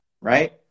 Right